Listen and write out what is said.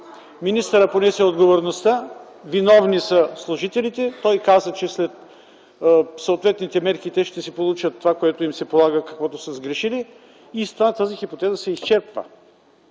Министърът понесе отговорността – виновни са служителите. Той каза, че след съответните проверки те ще си получат това, което им се полага за това, което са сгрешили. И с това тази хипотеза се изчерпва.